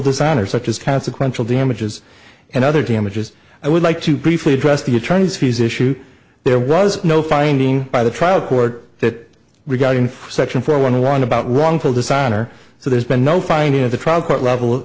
dishonor such as consequential damages and other damages i would like to briefly address the attorney's fees issue there was no finding by the trial court that regarding section four one one about wrongful design or so there's been no finding at the trial court level